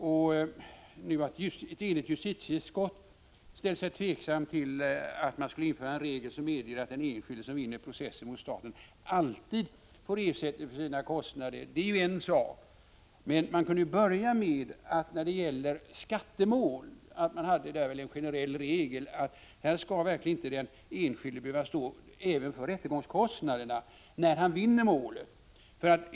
Nu har ett enigt justitieutskott ställt sig tveksamt till att man skulle införa en regel som innebär att den enskilde som vinner en process mot staten alltid får ersättning för sina kostnader. Det är en sak. Men man kunde ju när det gäller skattemål börja med att införa en generell regel innebärande att den enskilde verkligen inte skall behöva stå för rättegångskostnaderna när han vinner målet.